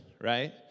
Right